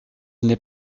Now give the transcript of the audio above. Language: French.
n’est